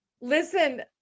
Listen